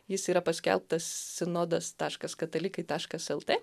jis yra paskelbtas sinodas taškas katalikai taškas lt